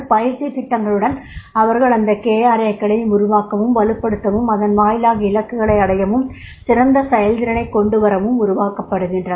பயிற்சி திட்டங்களுடன் அவர்கள் அந்த KRA க்களை உருவாக்கவும் வலுப்படுத்தவும் அதன் வாயிலாக இலக்குகளை அடையவும் சிறந்த செயல்திறனை கொண்டுவரவும் உருவாக்கப்படுகின்றன